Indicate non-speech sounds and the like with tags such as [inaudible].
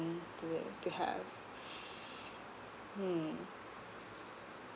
to it to have [breath] hmm